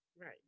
Right